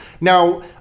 Now